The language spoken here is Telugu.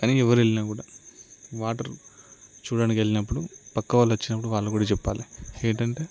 కానీ ఎవరు వెళ్ళినా కూడా వాటర్ చూడటానికి వెళ్ళినప్పుడు ప్రక్క వాళ్ళు వచ్చినపుడు వాళ్ళకి కూడా చెప్పాలి ఏంటంటే